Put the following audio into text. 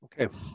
Okay